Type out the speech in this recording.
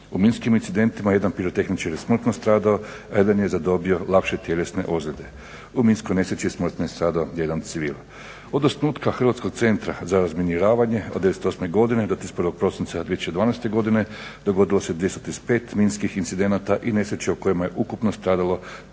U minskim incidentima jedan pirotehničar je smrtno stradao, a jedan je zadobio lakše tjelesne ozljede. U minskoj nesreći je smrtno stradao jedan civil. Od osnutka Hrvatskog centra za razminiravanje od '98. godine do 31. prosinca 2012. dogodilo se 235 minskih incidenata i nesreća u kojima je ukupno stradalo 314